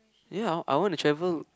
ya I wanna travel